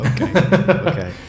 Okay